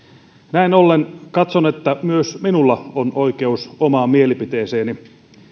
näin ollen katson että myös minulla on oikeus omaan mielipiteeseeni